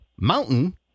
mountain